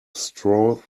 straw